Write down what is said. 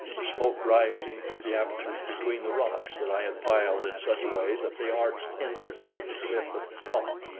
the smoke rising through the apertures between the rocks that i had piled in such a way that they arched inward toward the cliff at the top.